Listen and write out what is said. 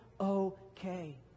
okay